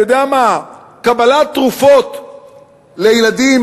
אני-יודע-מה, קבלת חיסונים לילדים,